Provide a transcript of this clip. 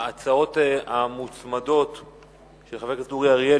ההצעות המוצמדות של חברי הכנסת אורי אריאל,